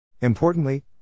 Importantly